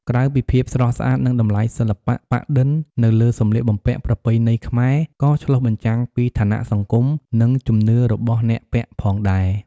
ក្រៅពីភាពស្រស់ស្អាត និងតម្លៃសិល្បៈ ប៉ាក់-ឌិន នៅលើសម្លៀកបំពាក់ប្រពៃណីខ្មែរក៏ឆ្លុះបញ្ចាំងពី ឋានៈសង្គម និង ជំនឿរបស់អ្នកពាក់ផងដែរ។